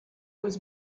was